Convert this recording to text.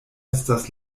estas